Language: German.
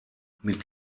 mit